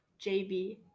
JB